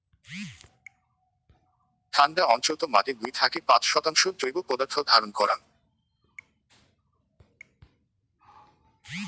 ঠান্ডা অঞ্চলত মাটি দুই থাকি পাঁচ শতাংশ জৈব পদার্থ ধারণ করাং